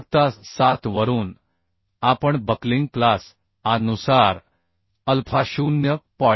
तक्ता 7 वरून आपण बक्लिंग क्लास A नुसार अल्फा 0